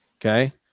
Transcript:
Okay